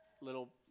little